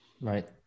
Right